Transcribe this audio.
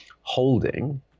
holding